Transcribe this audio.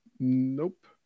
Nope